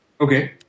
Okay